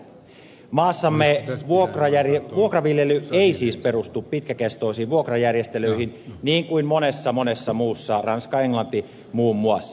maassamme vuokraviljely ei siis perustu pitkäkestoisiin vuokrajärjestelyihin niin kuin monessa monessa muussa maassa ranskassa ja englannissa muun muassa